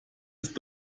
ist